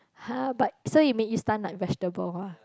!huh! but so he make you stun like vegetable ah